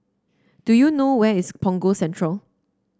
do you know where is Punggol Central